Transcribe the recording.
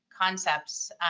concepts